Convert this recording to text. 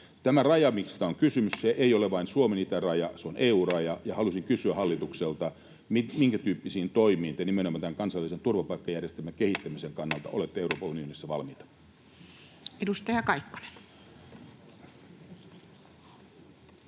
Tämä raja, mistä on kysymys, ei ole vain Suomen itäraja, se on EU-raja, ja haluaisin kysyä hallitukselta: minkä tyyppisiin toimiin te nimenomaan tämän kansallisen turvapaikkajärjestelmän kehittämisen kannalta olette Euroopan unionissa valmiita? Edustaja Kaikkonen.